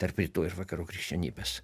tarp rytų ir vakarų krikščionybės